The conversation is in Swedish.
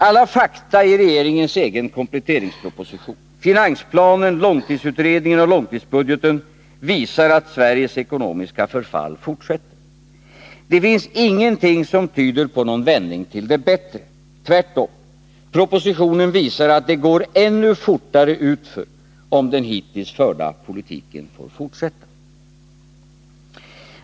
Alla fakta i regeringens egen kompletteringsproposition — finansplanen, långtidsutredningen och långtidsbudgeten — visar att Sveriges ekonomiska förfall fortsätter. Det finns ingenting som tyder på någon vändning till det bättre. Tvärtom! Propositionen visar att det går ännu fortare utför, om den hittills förda politiken får fortsätta.